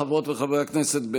חברות וחברי הכנסת,